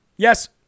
Yes